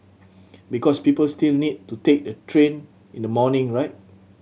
because people still need to take the train in the morning right